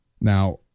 Now